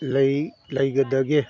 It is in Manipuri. ꯂꯩꯒꯗꯒꯦ